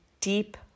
Deep